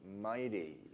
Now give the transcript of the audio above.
mighty